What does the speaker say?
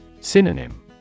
Synonym